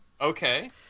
Okay